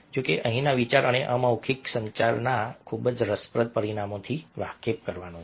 જો કે અહીંનો વિચાર તમને અમૌખિક સંચારના ખૂબ જ રસપ્રદ પરિમાણોથી વાકેફ કરવાનો હતો